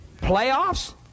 Playoffs